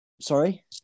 Sorry